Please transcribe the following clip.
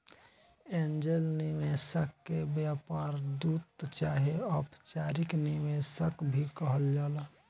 angel निवेशक के व्यापार दूत चाहे अपचारिक निवेशक भी कहल जाला